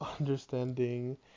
understanding